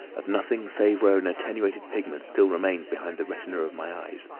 at nothing save where an attenuated pigment still remained behind the retina of my eyes,